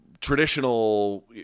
traditional